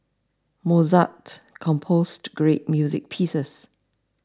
Mozart composed great music pieces